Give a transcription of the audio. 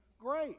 great